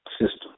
system